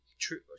True